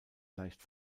leicht